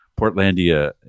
Portlandia